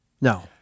No